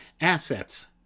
Assets